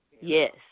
Yes